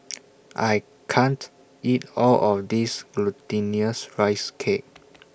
I can't eat All of This Glutinous Rice Cake